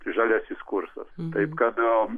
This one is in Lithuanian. žaliasis kursas taip kad a